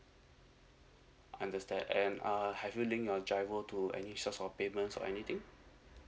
understand and uh have you link you driver to any source of payment or anything